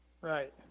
Right